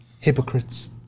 Hypocrites